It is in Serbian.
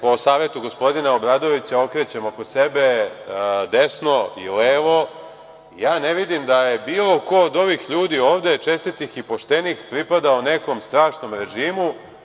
Po savetu gospodina Obradovića, okrećem se oko sebe desno i levo i ne vidim da je bilo ko od ovih ljudi ovde, čestitih i poštenih, pripadao nekom strašnom režimu.